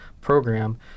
program